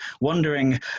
Wondering